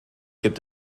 gibt